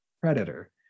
Predator